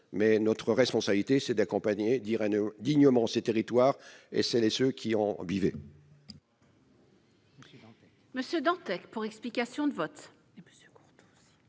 mais notre responsabilité c'est d'accompagner d'Irène dignement ses territoires et celles et ceux qui ont vivaient.